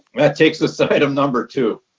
that takes us to item number two,